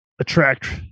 attract